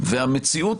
המציאות